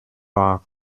ware